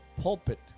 pulpit